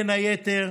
בין היתר,